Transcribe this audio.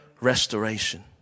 restoration